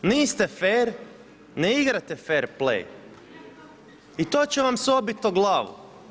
Niste fer, ne igrate fer play i to će vam se obiti o glavu.